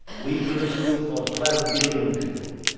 we produce food for twelve billion people.